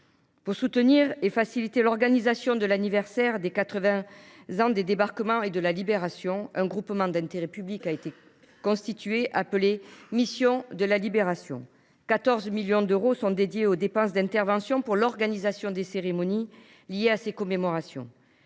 Pour soutenir et faciliter l’organisation du 80 anniversaire des débarquements et de la Libération, un groupement d’intérêt public a été constitué, sous l’appellation Mission de la Libération. Une somme de 14 millions d’euros est dédiée aux dépenses d’intervention pour l’organisation des cérémonies liées à ces commémorations.